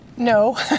No